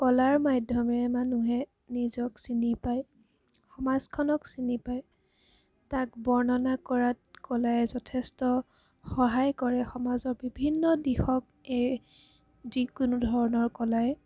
কলাৰ মাধ্যমে মানুহে নিজক চিনি পায় সমাজখনক চিনি পায় তাক বৰ্ণনা কৰাত কলাই যথেষ্ট সহায় কৰে সমাজৰ বিভিন্ন দিশক এই যিকোনো ধৰণৰ কলাই